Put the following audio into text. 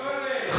לתרנגולת.